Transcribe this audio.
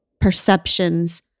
perceptions